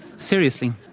seriously.